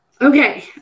Okay